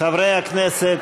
חברי הכנסת,